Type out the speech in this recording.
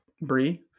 Brie